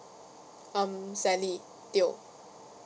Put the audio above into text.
um sally teo